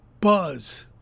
buzz